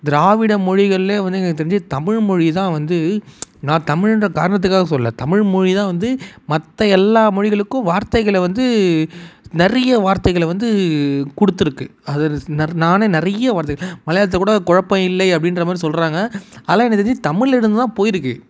திராவிட மொழிகள்லே வந்து எனக்குத் தெரிஞ்சு தமிழ்மொழிதான் வந்து நான் தமிழ்ன்ற காரணத்துக்காக சொல்லலை தமிழ்மொழிதான் வந்து மற்ற எல்லா மொழிகளுக்கும் வார்த்தைகளை வந்து நிறைய வார்த்தைகளை வந்து கொடுத்துருக்கு அது நர் நானே நிறைய வார்த்தைகள் மலையாளத்திலக்கூட குழப்பம் இல்லை அப்படின்றமாரி சொல்லுறாங்க அதெல்லாம் எனக்கு தெரிஞ்சு தமிழ்ல இருந்துதான் போயிருக்கு